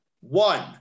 One